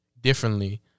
differently